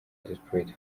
desperate